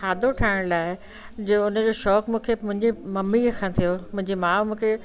खाधो ठाण लाइ जो उनजो शौंकु मूंखे मुंहिजे मम्मी खां थियो मुंहिंजी माउ मूंखे